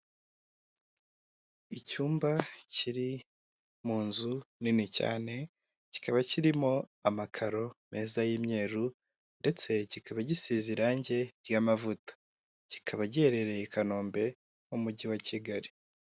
Icyumba kiri mu nzu nini cyane, kikaba kirimo amakaro meza y'imyeru, ndetse kikaba gisize irange ry'amavuta. Kikaba giherereye i Kanombe, mu mujyi wa Kigali.